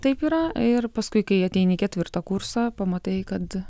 taip yra ir paskui kai ateini į ketvirtą kursą pamatai kad